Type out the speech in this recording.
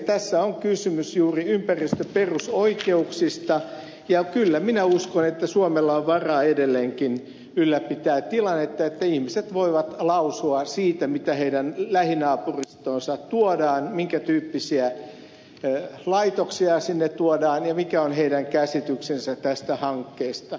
tässä on kysymys juuri ympäristöperusoikeuksista ja kyllä minä uskon että suomella on varaa edelleenkin ylläpitää tilannetta että ihmiset voivat lausua siitä mitä heidän lähinaapurustoonsa tuodaan minkä tyyppisiä laitoksia sinne tuodaan ja mikä on heidän käsityksensä tästä hankkeesta